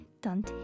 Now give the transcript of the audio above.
done